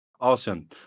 Awesome